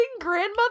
grandmother